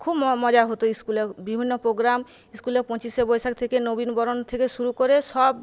খুব মজা হত স্কুলে বিভিন্ন প্রোগ্রাম স্কুলে পঁচিশে বৈশাখ থেকে নবীণবরণ থেকে শুরু করে সব